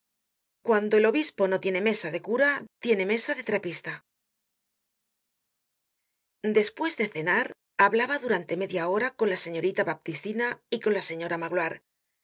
cuando el obispo no tiene mesa de cura tiene mesa de trapista despues de cenar hablaba durante media hora con la señorita baptistina y con la señora magloire